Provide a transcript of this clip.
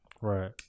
Right